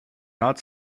not